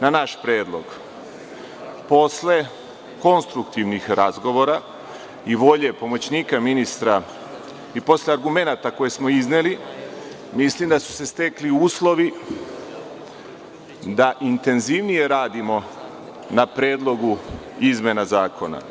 Na naš predlog, posle konstruktivnih razgovora i volje pomoćnika ministra, i posle argumenata koje smo izneli, mislim da su se stekli uslovi da intenzivnije radimo na predlogu izmena zakona.